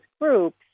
groups